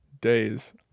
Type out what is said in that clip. days